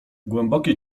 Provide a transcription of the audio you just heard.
głębokie